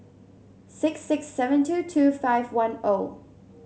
six six seven two two five one O